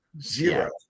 Zero